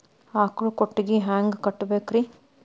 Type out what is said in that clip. ಆಕಳ ಕೊಟ್ಟಿಗಿ ಹ್ಯಾಂಗ್ ಕಟ್ಟಬೇಕ್ರಿ?